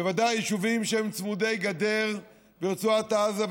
בוודאי ביישובים שהם צמודי גדר ברצועת עזה,